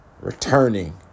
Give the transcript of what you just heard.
returning